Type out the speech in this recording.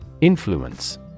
Influence